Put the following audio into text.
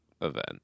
event